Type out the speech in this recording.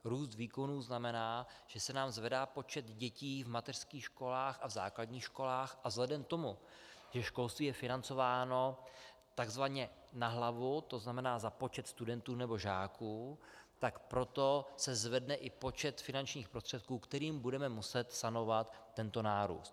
Růst výkonů znamená, že se nám zvedá počet dětí v mateřských školách a v základních školách a vzhledem k tomu, že školství je financováno takzvaně na hlavu, to znamená za počet studentů nebo žáků, tak proto se zvedne i počet finančních prostředků, kterým budeme muset sanovat tento nárůst.